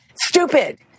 stupid